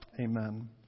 Amen